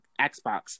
Xbox